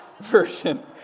version